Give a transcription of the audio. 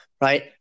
right